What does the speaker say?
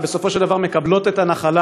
ובסופו של דבר הן מקבלות את הנחלה,